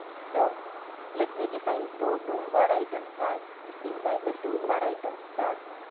so let me define two toolbaritem tags inside the toolbaritems tag.